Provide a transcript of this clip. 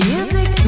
Music